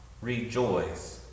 rejoice